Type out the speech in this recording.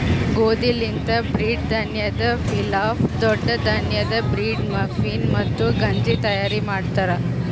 ಗೋದಿ ಲಿಂತ್ ಬ್ರೀಡ್, ಧಾನ್ಯದ್ ಪಿಲಾಫ್, ದೊಡ್ಡ ಧಾನ್ಯದ್ ಬ್ರೀಡ್, ಮಫಿನ್, ಮತ್ತ ಗಂಜಿ ತೈಯಾರ್ ಮಾಡ್ತಾರ್